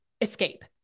escape